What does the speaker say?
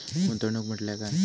गुंतवणूक म्हटल्या काय?